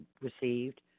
received